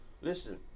Listen